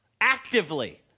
actively